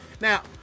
now